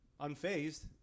unfazed